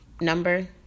number